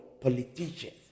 politicians